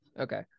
Okay